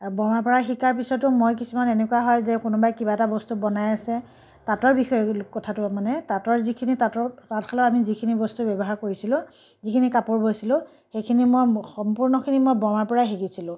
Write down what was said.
আৰু বৰমাৰ পৰা শিকাৰ পিছতো মই কিছুমান এনেকুৱা হয় যে কোনোবাই কিবা এটা বস্তু বনাই আছে তাঁতৰ বিষয়ে কথাটো মানে তাঁতৰ যিখিনি তাতঁত তাঁতশালত আমি যিখিনি বস্তু ব্যৱহাৰ কৰিছিলোঁ যিখিনি কাপোৰ বৈছিলোঁ সেইখিনি মই সম্পূৰ্ণখিনি মই বৰমাৰ পৰাই শিকিছিলোঁ